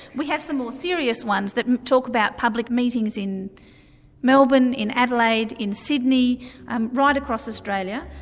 we have some more serious ones that talk about public meetings in melbourne, in adelaide, in sydney and right across australia.